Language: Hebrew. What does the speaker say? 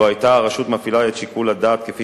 לו היתה הרשות מפעילה את שיקול הדעת כפי